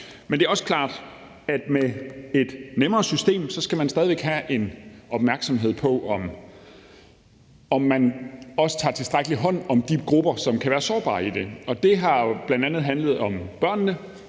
Men det er også klart, at med et nemmere system, skal man stadig væk have opmærksomhed på, om man også tager tilstrækkeligt hånd om de grupper, der kan være sårbare i det, og det har jo bl.a. handlet om børnene.